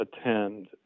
attend